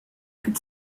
could